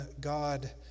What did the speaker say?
God